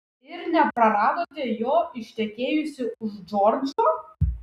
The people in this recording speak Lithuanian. ir nepraradote jo ištekėjusi už džordžo